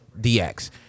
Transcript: DX